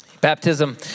Baptism